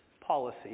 policy